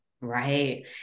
Right